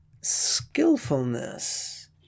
skillfulness